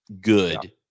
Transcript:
good